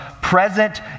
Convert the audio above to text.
present